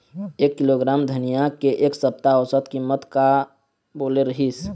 एक किलोग्राम धनिया के एक सप्ता औसत कीमत का बोले रीहिस?